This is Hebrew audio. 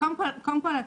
קודם כל,